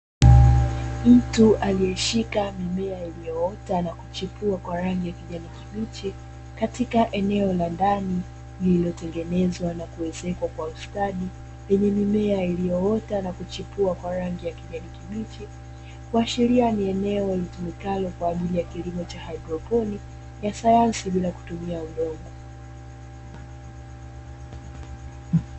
Mtu aliyeshika mimea iliyoota na kuchipua ya rangi ya kijani kibichi katika eneo la ndani, lililotengenezwa na kuezekwa kwa ustadi lenye mimea iliyoota na kuchipua kwa rangi ya kijani kibichi, kuashiria ni eneo litumikalo kwa ajili ya kilimo cha haidroponi ya sayansi bila kutumia udongo.